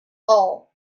all